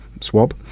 swab